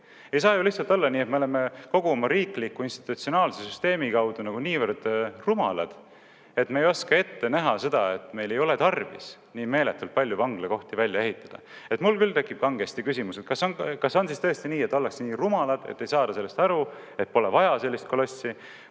Ei saa ju olla nii, et me oleme kogu oma riikliku institutsionaalse süsteemi puhul nagu niivõrd rumalad, et me ei oska ette näha seda, et meil ei ole tarvis nii meeletult palju vanglakohti välja ehitada. Mul küll tekib kangesti küsimus, et kas tõesti ollakse nii rumalad, et ei saada sellest aru, et pole vaja sellist kolossi,